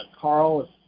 Carl